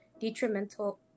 detrimental